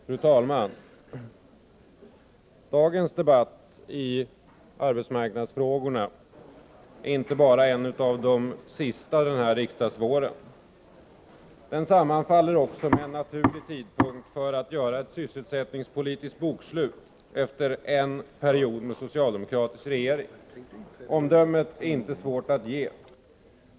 Fru talman! Dagens debatt om arbetsmarknadsfrågorna är inte bara en av de sista denna riksdagsvår. Den sammanfaller också med en naturlig tidpunkt för att göra ett sysselsättningspolitiskt bokslut efter en period med socialdemokratisk regering. Omdömet är inte svårt att ge.